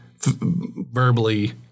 verbally—